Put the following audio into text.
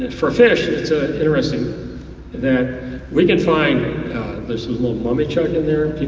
and for fish, it's ah interesting that we can find there's little lum chuck in here,